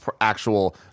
actual